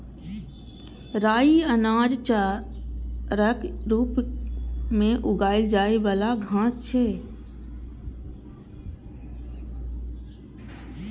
राइ अनाज, चाराक रूप मे उगाएल जाइ बला घास छियै